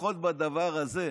לפחות בדבר הזה,